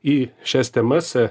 į šias temas